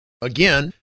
Again